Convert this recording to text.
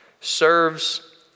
serves